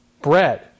bread